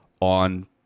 on